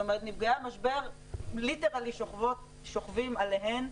זאת אומרת, נפגעי המשבר, ליטרלי, שוכבים עליהן.